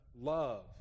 love